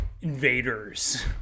invaders